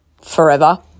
forever